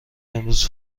امروز